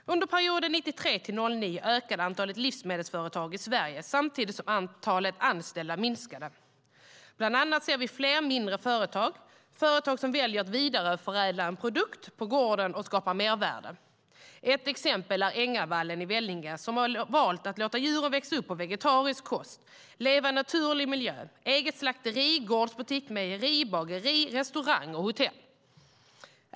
Under perioden 1993-2009 ökade antalet livsmedelsföretag i Sverige samtidigt som antalet anställda minskade. Bland annat ser vi fler mindre företag som väljer att vidareförädla en produkt på gården och skapa mervärde. Ett exempel är Ängavallen i Vellinge, som har valt att låta djuren växa upp på vegetarisk kost och leva i en naturlig miljö. De har eget slakteri, egen gårdsbutik, eget mejeri, eget bageri, restaurang och hotell.